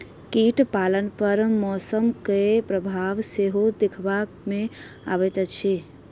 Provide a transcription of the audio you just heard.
कीट पालन पर मौसमक प्रभाव सेहो देखबा मे अबैत अछि